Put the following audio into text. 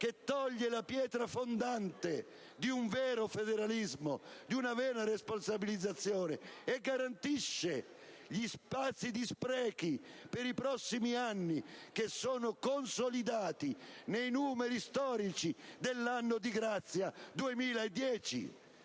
che toglie la pietra fondante di un vero federalismo, di una vera responsabilizzazione, e garantisce gli spazi di sprechi per i prossimi anni, che sono consolidati nei numeri storici dell'anno di grazia 2010,